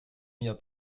mir